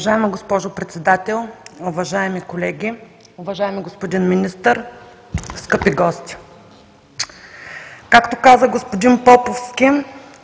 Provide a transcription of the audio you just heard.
Уважаема госпожо Председател, уважаеми колеги, уважаеми господин Министър, скъпи гости! Както каза господин Поповски,